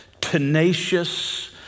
tenacious